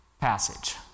passage